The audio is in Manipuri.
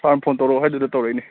ꯁꯥꯔꯅ ꯐꯣꯟ ꯇꯧꯔꯛꯑꯣ ꯍꯥꯏꯗꯨꯗ ꯇꯧꯔꯛꯏꯅꯤ